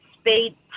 speed